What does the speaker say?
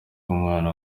umwana